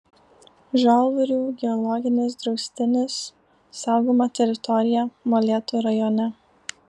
žalvarių geologinis draustinis saugoma teritorija molėtų rajone